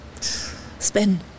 Spin